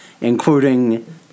including